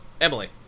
Emily